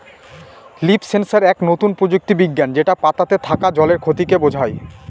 leaf sensor এক নতুন প্রযুক্তি বিজ্ঞান যেটা পাতাতে থাকা জলের ক্ষতিকে বোঝায়